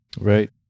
Right